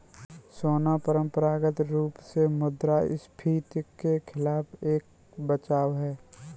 सोना परंपरागत रूप से मुद्रास्फीति के खिलाफ एक बचाव है